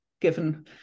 given